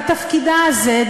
בתפקידה הזה,